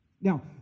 Now